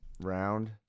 round